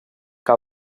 que